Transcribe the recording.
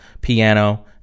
piano